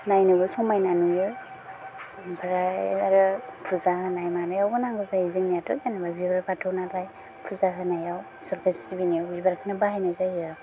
नायनोबो समायना नुयो ओमफ्राय आरो फुजा होनाय मानायावबो नांगौ जायो जोंनियाथ' जेनेबा बिबार बाथौ नालाय फुजा होनायाव इसोरखौ सिबिनायाव बिबारखौनो बाहायनाय जायो